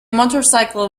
motorcycle